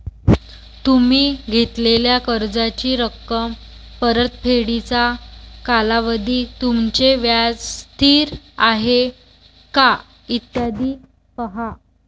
तुम्ही घेतलेल्या कर्जाची रक्कम, परतफेडीचा कालावधी, तुमचे व्याज स्थिर आहे का, इत्यादी पहा